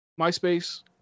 MySpace